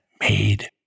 made